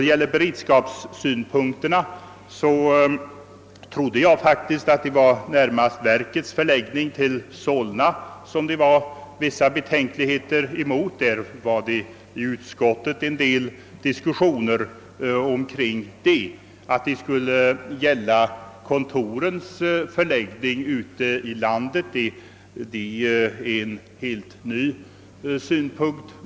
Beträffande <:beredskapssynpunkten vill jag säga att jag faktiskt trodde att det närmast var verkets förläggning till Solna som ingav vissa betänkligheter — vid ärendets behandling i utskottet förekom en del diskussion härom. Att det skulle gälla också värnpliktskontorens förläggning ute i landet är en för mig helt ny synpunkt.